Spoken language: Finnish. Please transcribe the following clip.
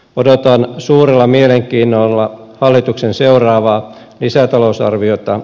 odotan suurella mielenkiinnolla hallituksen seuraavaa lisätalousarviota